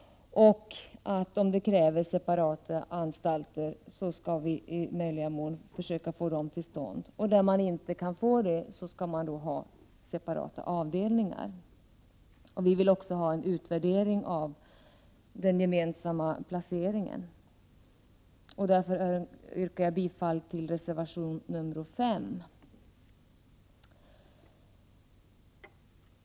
Om det kräver separata anstalter skall vi i möjligaste mån försöka få dem till stånd, och där det inte går skall man ha separata avdelningar. Vi vill också ha en utvärdering av den gemensamma placeringen. Därför yrkar jag bifall till reservation nr 5.